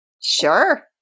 Sure